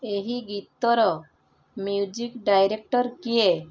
ଏହି ଗୀତର music director କିଏ